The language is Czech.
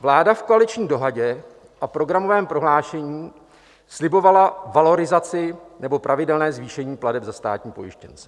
Vláda v koaliční dohodě a programovém prohlášení slibovala valorizaci nebo pravidelné zvýšení plateb za státní pojištěnce.